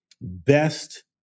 best